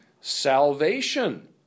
salvation